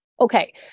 okay